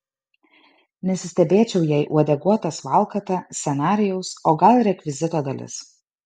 nesistebėčiau jei uodeguotas valkata scenarijaus o gal rekvizito dalis